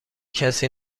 کسی